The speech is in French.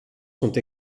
sont